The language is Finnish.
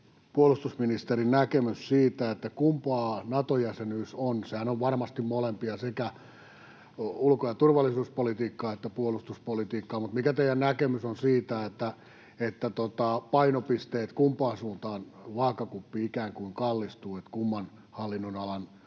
puolustusministerin näkemys siitä, kumpaa Nato-jäsenyys on. Sehän on varmasti molempia, sekä ulko- ja turvallisuuspolitiikkaa että puolustuspolitiikkaa, mutta mikä teidän näkemyksenne on siitä painopisteestä, että kumpaan suuntaan vaakakuppi ikään kuin kallistuu, kumman hallinnonalan